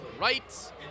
Right